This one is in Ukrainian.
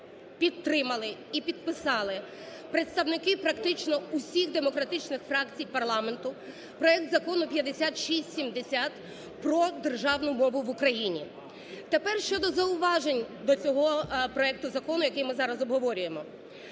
підтримали і підписали представники практично усіх демократичних фракцій парламенту, проект Закону 5670 про державну мову в Україні. Тепер щодо зауважень до цього проекту закону, який ми зараз обговорюємо.